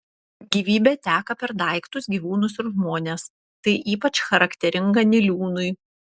gyvybė teka per daiktus gyvūnus ir žmones tai ypač charakteringa niliūnui